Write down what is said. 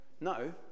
No